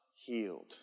healed